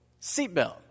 Seatbelt